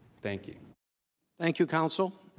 thank you thank you counsel,